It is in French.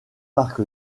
parc